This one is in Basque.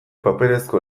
paperezko